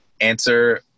answer